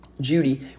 Judy